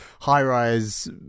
high-rise